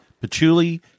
Patchouli